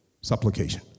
Supplication